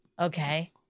Okay